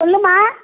சொல்லும்மா